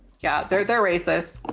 yeah. they're, they're racist.